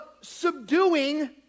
subduing